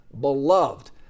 beloved